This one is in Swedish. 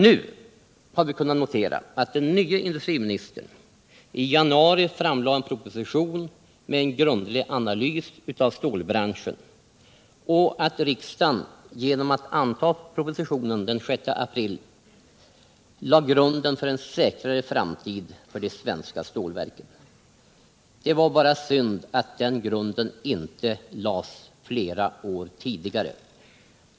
Nu har vi kunnat notera att den nye industriministern i januari framlade en proposition med en grundlig analys av stålbranschen och att riksdagen genom att anta propositionen den 6 april lade grunden för en säkrare framtid för de svenska stålverken. Det är bara synd att den grunden inte lades flera år tidigare.